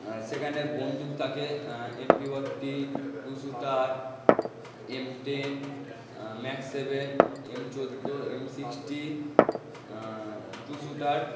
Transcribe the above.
আর সেখানে বন্দুক থাকে MP forty two shooter M ten max seven M চোদ্দো এম সিক্সটি টু শ্যুটার